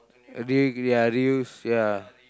reuse ya